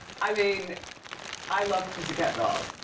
i mean i love pussycat dolls.